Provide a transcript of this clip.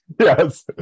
yes